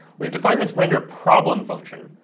we've defined this render problem function,